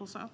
Också